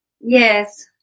Yes